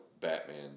Batman